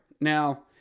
Now